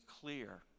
clear